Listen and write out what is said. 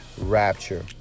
rapture